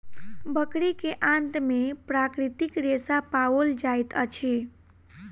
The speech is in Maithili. बकरी के आंत में प्राकृतिक रेशा पाओल जाइत अछि